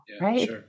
right